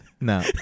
No